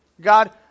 God